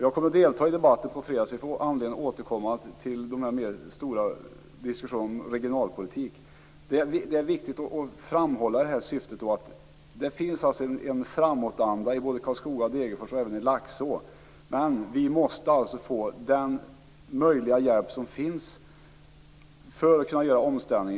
Jag kommer att delta i debatten på fredag, så vi får anledning att återkomma till den stora diskussionen om regionalpolitik. Det är viktigt att framhålla syftet. Det finns alltså en framåtanda i både Karlskoga och Degerfors och även i Laxå, men vi måste få den hjälp som är möjlig att få för att kunna göra denna omställning.